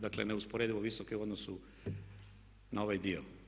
Dakle, neusporedivo visoke u odnosu na ovaj dio.